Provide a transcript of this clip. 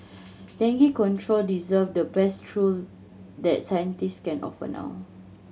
dengue control deserve the best tool that can offer now